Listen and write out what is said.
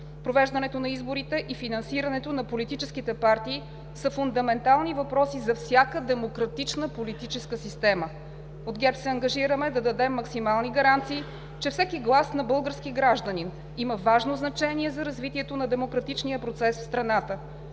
Провеждането на изборите и финансирането на политическите партии са фундаментални въпроси за всяка демократична политическа система. От ГЕРБ се ангажираме да дадем максимални гаранции, че всеки глас на български гражданин има важно значение за развитието на демократичния процес в страната.